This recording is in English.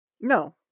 No